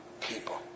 people